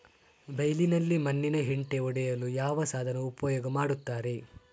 ಬೈಲಿನಲ್ಲಿ ಮಣ್ಣಿನ ಹೆಂಟೆ ಒಡೆಯಲು ಯಾವ ಸಾಧನ ಉಪಯೋಗ ಮಾಡುತ್ತಾರೆ?